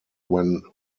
when